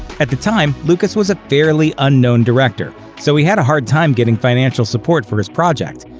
at the time, lucas was a fairly unknown director so he had a hard time getting financial support for his project.